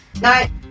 Night